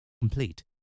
Complete